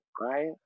right